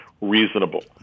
reasonable